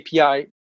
API